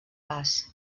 pas